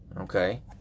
okay